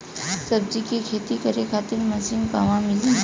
सब्जी के खेती करे खातिर मशीन कहवा मिली?